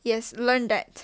yes learn that